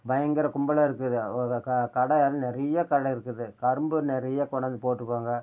பயங்கர கும்பலாக இருக்கும் க கடை நிறைய கடை இருக்குது கரும்பு நிறைய கொண்டாந்து போட்டிருப்பாங்க